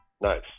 nice